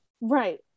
Right